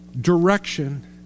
direction